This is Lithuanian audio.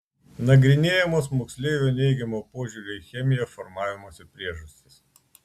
nagrinėjamos moksleivių neigiamo požiūrio į chemiją formavimosi priežastys